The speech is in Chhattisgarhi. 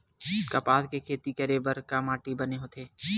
कपास के खेती करे बर का माटी बने होथे?